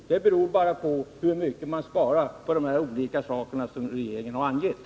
Det beror bara på hur mycket man sparar på det som regeringen har angett.